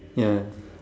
ya